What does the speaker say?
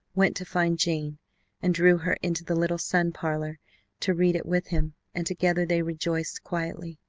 went to find jane and drew her into the little sun-parlor to read it with him, and together they rejoiced quietly.